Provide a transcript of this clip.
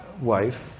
wife